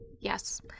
Yes